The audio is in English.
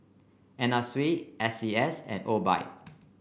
Anna Sui S C S and Obike